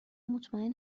مطمئن